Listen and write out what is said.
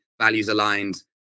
values-aligned